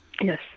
Yes